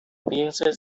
piense